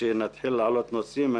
כשנתחיל להעלות נושאים,